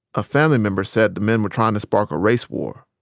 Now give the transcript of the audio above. a family member said the men were trying to spark a race war